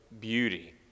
beauty